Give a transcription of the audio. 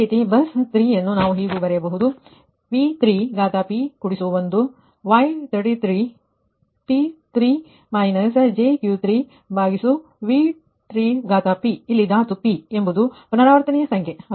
ಅದೇ ರೀತಿ ಬಸ್ 3 ನ್ನು ನಾವು ಹೀಗೆ ಬರೆಯಬಹುದು V3p1 Y33 P3 jQ3V3p ಇಲ್ಲಿ ಧಾತು P ಎನ್ನುವುದು ಪುನರಾವರ್ತನೆಯ ಸಂಖ್ಯೆ